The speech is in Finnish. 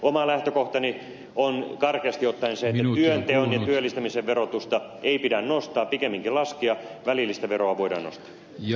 oma lähtökohtani on karkeasti ottaen se että työnteon ja työllistämisen verotusta ei pidä nostaa pikemminkin laskea välillistä veroa voidaan nostaa